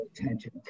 attention